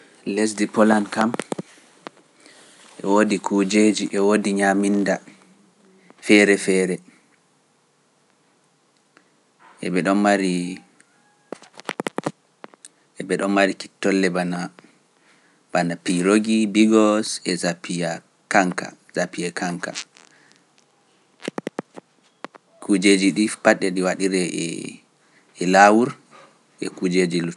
Lesdi Polan kam e woodi kuujeeji e woodi nyaaminnda feere-feere, e ɓe ɗon mari kittolle bana piiroogi, biigos e zafiiya - kanka, zafiiya kanka, kuujeeji ɗii pat e ɗi waɗiree e - e laawur e kuujeeji luttuɗi.